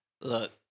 Look